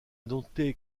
noter